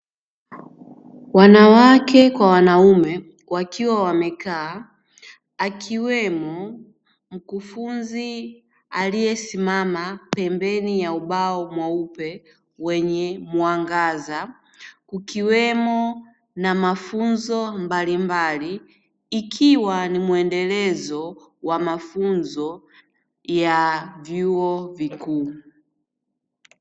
Wanawake kwa wanaume wakiwa wamekaa, akiwemo mkufunzi aliyesimama pembeni ya ubao mweupe wenye mwangaza, kukiwemo na mafunzo mbalimbali, ikiwa ni mwendelezo wa mafunzo ya vyuo vikuu.